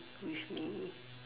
with me